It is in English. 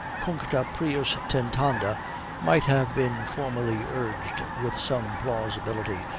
cuncta prius tentanda might have been formerly urged with some plausibility,